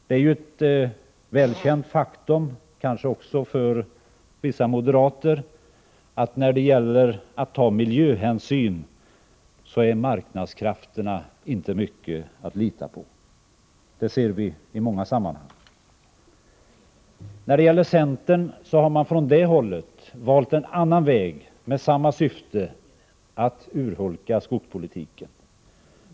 Det är ju ett välkänt faktum — kanske också för vissa moderater — att när det gäller att ta mijöhänsyn så är marknadskrafterna inte mycket att lita på. Det ser vi i många sammanhang. Centern har valt en annan väg med samma syfte, att urholka skogspolitiken.